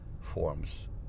forms